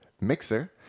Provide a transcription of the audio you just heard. mixer